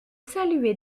saluait